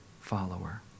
follower